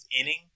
inning